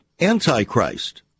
Antichrist